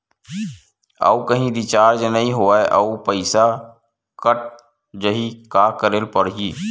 आऊ कहीं रिचार्ज नई होइस आऊ पईसा कत जहीं का करेला पढाही?